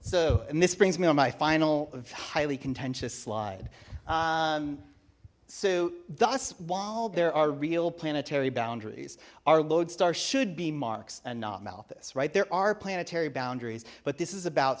so and this brings me on my final highly contentious slide so thus while there are real planetary boundaries our lodestar should be marks and not malthus right there are planetary boundaries but this is about